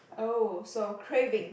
oh so craving